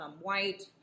White